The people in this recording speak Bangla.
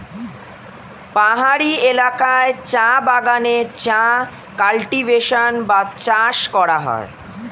পাহাড়ি এলাকায় চা বাগানে চা কাল্টিভেশন বা চাষ করা হয়